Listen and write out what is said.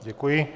Děkuji.